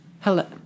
Hello